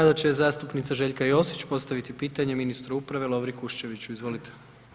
Sada će zastupnica Željka Josić postaviti pitanje ministru uprave Lovri Kuščeviću, izvolite.